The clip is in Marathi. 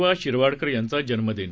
वा शिरवाडकर यांचा जन्मदीन